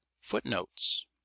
Footnotes